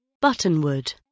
Buttonwood